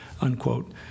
unquote